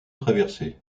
traversé